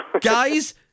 Guys